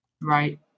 Right